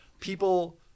people –